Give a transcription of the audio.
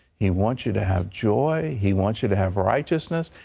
he wants you to have joy. he wants you to have righteousness.